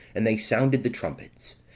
and they sounded the trumpets